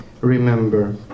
remember